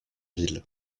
ville